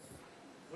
הפנים והגנת הסביבה.